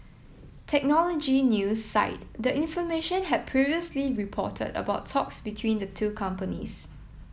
technology news site the information had previously reported about talks between the two companies